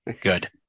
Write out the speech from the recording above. Good